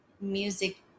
music